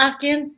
Akin